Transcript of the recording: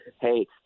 hey –